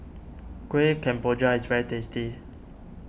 Kueh Kemboja is very tasty